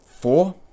Four